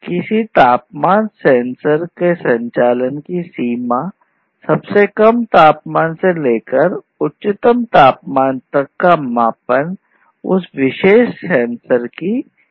किसी तापमान सेंसर के संचालन की सीमा सबसे कम तापमान से लेकर उच्चतम तापमान तक का मापन उस विशेष सेंसर की रेंज है